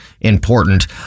important